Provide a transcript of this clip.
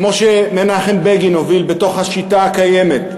כמו שמנחם בגין הוביל בשיטה הקיימת,